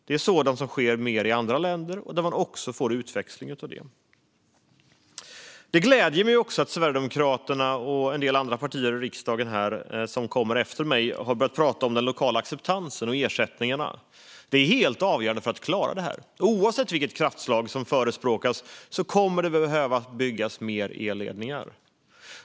Det är sådant som sker mer i andra länder, där man också får utväxling av det. Det gläder mig att Sverigedemokraterna och en del andra partier i riksdagen som kommer efter mig på talarlistan har börjat prata om den lokala acceptansen och ersättningarna. Det är helt avgörande för att klara detta. Oavsett vilket kraftslag som förespråkas kommer det att behöva byggas mer elledningar.